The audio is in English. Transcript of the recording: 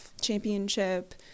championship